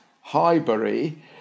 Highbury